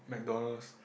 McDonalds